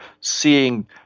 seeing